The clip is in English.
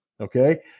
Okay